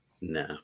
No